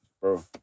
bro